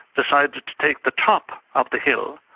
decided to to take the top of the hill,